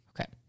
okay